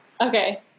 Okay